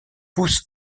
pousse